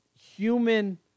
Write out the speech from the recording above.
human